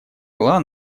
была